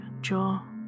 jaw